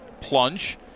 plunge